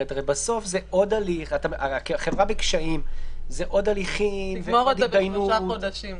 בסוף הרי החברה בקשיים וזה עוד הליכים ועוד התדיינות.